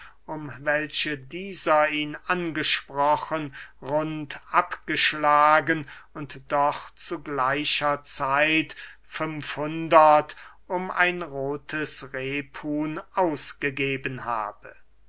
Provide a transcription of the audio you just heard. welche dieser ihn angesprochen rund abgeschlagen und doch zu gleicher zeit fünf hundert um ein rothes rephuhn ausgegeben habe